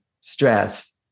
stress